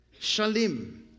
Shalim